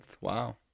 Wow